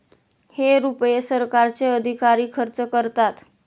हे रुपये सरकारचे अधिकारी खर्च करतात